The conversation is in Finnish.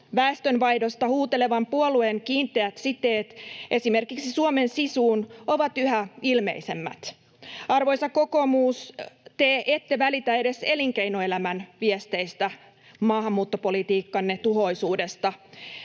Väestönvaihdosta huutelevan puolueen kiinteät siteet esimerkiksi Suomen Sisuun ovat yhä ilmeisemmät. Arvoisa kokoomus, te ette välitä edes elinkeinoelämän viesteistä maahanmuuttopolitiikkanne tuhoisuudesta.